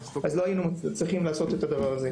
אז לא היינו צריכים לעשות את הדבר הזה.